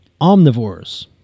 omnivores